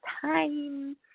Time